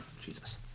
Jesus